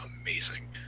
amazing